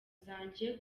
zanjye